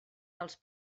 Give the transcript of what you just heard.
dels